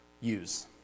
use